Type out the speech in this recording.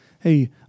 hey